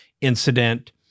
incident